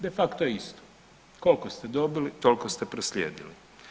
De facto isto koliko ste dobili, toliko ste proslijedili.